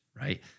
right